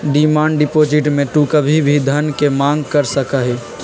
demand deposit में तू कभी भी धन के मांग कर सका हीं